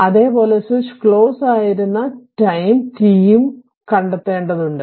അതെ പോലെ switch close ആയിരുന്ന ടൈം t യും കണ്ടെത്തേണ്ടതുണ്ട്